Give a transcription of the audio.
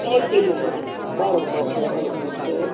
એક કિલોના બરોબર છે બરોબર છે